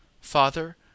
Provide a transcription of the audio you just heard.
Father